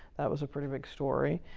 that was a pretty big story.